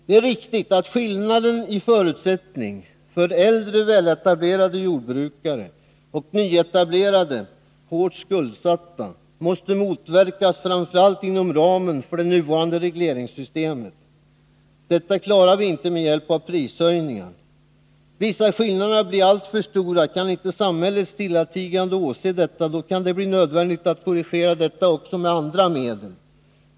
Det är riktigt att skillnaden i förutsättning mellan äldre, väletablerade jordbrukare och nyetablerade hårt skuldsatta måste motverkas framför allt inom ramen för det nuvarande regleringssystemet. Detta klarar vi inte med hjälp av prishöjningar. Visar sig skillnaderna bli alltför stora kan inte samhället stillatigande åse detta. Då kan det bli nödvändigt att korrigera situationen också med andra medel.